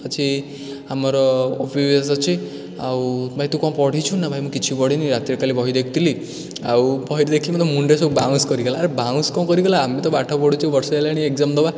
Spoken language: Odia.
ଅଛି ଆମର ଓ ପି ପି ଏସ୍ ଅଛି ଆଉ ଭାଇ ତୁ କ'ଣ ପଢ଼ିଛୁ ନା ଭାଇ ମୁଁ କିଛି ପଢ଼ିନି ରାତିରେ କାଲି ବହି ଦେଖିଥିଲି ଆଉ ବହି ଦେଖିକି ମୋ ମୁଣ୍ଡରେ ସବୁ ବାଉଁନ୍ସ କରିଗଲା ଆରେ ବାଉଁନ୍ସ କ'ଣ କରିଗଲା ଆମେ ତ ପାଠ ପଢ଼ୁଛୁ ବର୍ଷେ ହେଲାଣି ଏଗ୍ଜାମ୍ ଦେବା